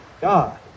God